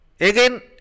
Again